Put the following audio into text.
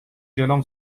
جلوم